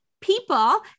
people